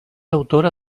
autora